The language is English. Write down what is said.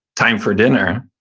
time for dinner,